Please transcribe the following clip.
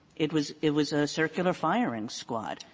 it was it was a circular firing squad,